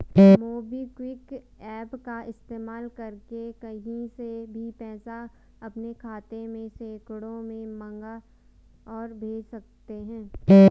MobiKwik app का इस्तेमाल करके कहीं से भी पैसा अपने खाते में सेकंडों में मंगा और भेज सकते हैं